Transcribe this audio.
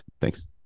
Thanks